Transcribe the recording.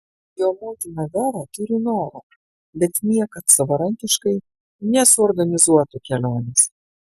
jo motina vera turi noro bet niekad savarankiškai nesuorganizuotų kelionės